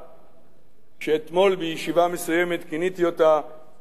שאתמול בישיבה מסוימת כיניתי אותה ממשלת שמאל,